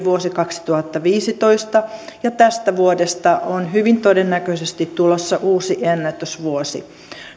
vuosi kaksituhattaviisitoista ja tästä vuodesta on hyvin todennäköisesti tulossa uusi ennätysvuosi